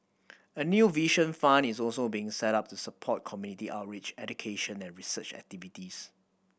a new Vision Fund is also being set up to support community outreach education and research activities